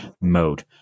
mode